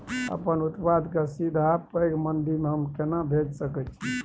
अपन उत्पाद के सीधा पैघ मंडी में हम केना भेज सकै छी?